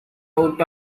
out